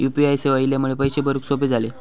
U P I सेवा इल्यामुळे पैशे भरुक सोपे झाले